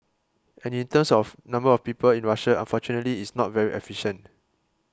and in terms of number of people in Russia unfortunately it's not very efficient